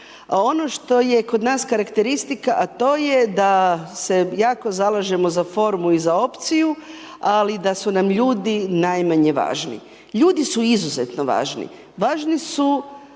Ono što je kod nas karakteristika a to je da se jako zalažemo za formu i za opciju ali i da su nam ljudi najmanje važni. Ljudi su izuzetno važni, važni su